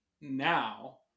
now